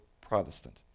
Protestant